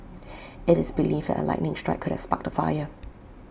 IT is believed that A lightning strike could have sparked the fire